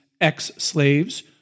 ex-slaves